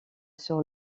sur